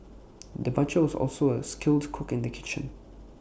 the butcher was also A skilled cook in the kitchen